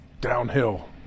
Downhill